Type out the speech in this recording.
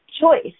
choice